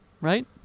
Right